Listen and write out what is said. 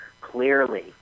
clearly